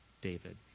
David